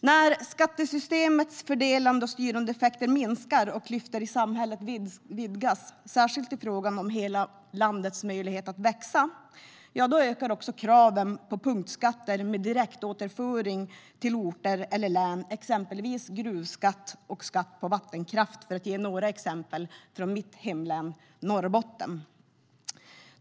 När skattesystemets fördelande och styrande effekter minskar och klyftorna i samhället vidgas, särskilt i frågan om hela landets möjligheter att växa, ökar också kraven på punktskatter med direktåterförening till orter eller län, exempelvis gruvskatt och skatt på vattenkraft, för att ge några exempel från mitt hemlän Norrbotten.